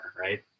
right